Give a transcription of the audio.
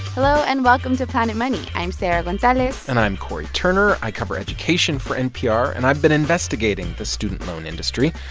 hello, and welcome to planet money. i'm sarah gonzalez and i'm cory turner. i cover education for npr, and i've been investigating the student loan industry.